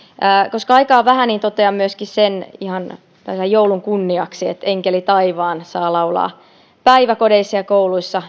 koska aikaa on vähän totean myöskin ihan joulun kunniaksi sen että enkeli taivaan virttä saa laulaa joulujuhlissa päiväkodeissa ja kouluissa